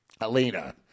Alina